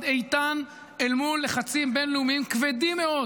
איתן אל מול לחצים בין-לאומיים כבדים מאוד